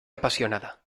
apasionada